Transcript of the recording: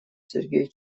сергей